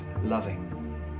loving